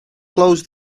closed